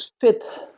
fit